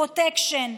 פרוטקשן,